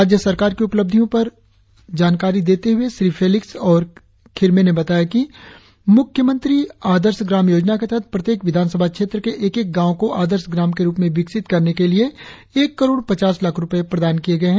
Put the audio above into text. राज्य सरकार की उपलब्धियों के बारे में जानकारी देते हुए श्री फेलिक्श और खिरमे ने बताया कि मुख्य आदर्श ग्राम योजना के तहत प्रत्येक विधान सभा क्षेत्र के एक एक गांव को आदर्श ग्राम के रुप में विकसित करने के लिए एक करोड़ पचास लाख रुपए प्रदान किए गए है